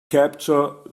capture